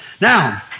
Now